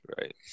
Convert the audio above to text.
Right